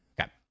Okay